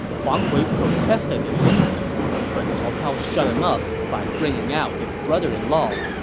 huang kui protested his innocence, but cao cao shut him up by bringing out his brother-in-law.